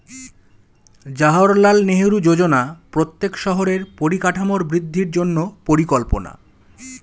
জাওহারলাল নেহেরু যোজনা প্রত্যেক শহরের পরিকাঠামোর বৃদ্ধির জন্য পরিকল্পনা